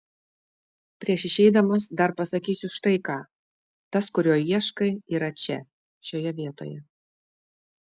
prieš išeidamas dar pasakysiu štai ką tas kurio ieškai yra čia šioje vietoje